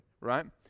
right